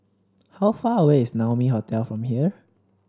how far away is Naumi Hotel from here